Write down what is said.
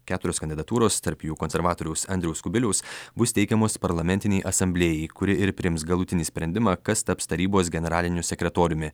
keturios kandidatūros tarp jų konservatoriaus andriaus kubiliaus bus teikiamos parlamentinei asamblėjai kuri ir priims galutinį sprendimą kas taps tarybos generaliniu sekretoriumi